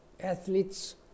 athletes